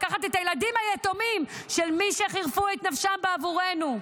לקחת את הילדים היתומים של מי שחירפו את נפשם בעבורנו.